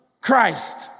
Christ